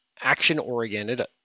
action-oriented